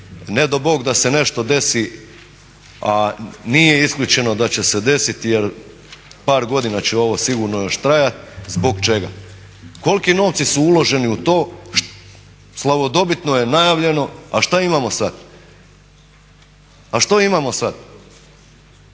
Ne dao Bog da se nešto desi, a nije isključeno da će se desiti jer par godina će ovo sigurno još trajati, zbog čega? Koliki novci su uloženi u to? Slavodobitno je najavljeno, a što imamo sad? I nema, bez